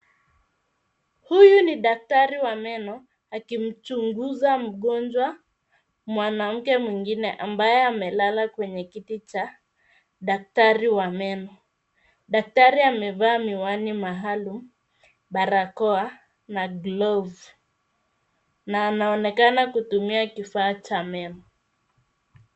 Huyu ni daktari wa meno, akimchunguza mgonjwa mwanamke mwingine, ambaye amelala kwenye kiti cha daktari wa meno. Daktari amevaa miwai maalumu, barakoa, na glovu, na anaonekana kutumia kifaa cha meno.